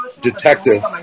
detective